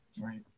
Right